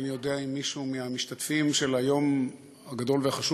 אינני יודע אם מישהו מהמשתתפים ביום הגדול והחשוב